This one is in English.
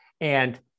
And-